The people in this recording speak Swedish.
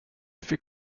fick